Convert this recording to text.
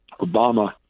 Obama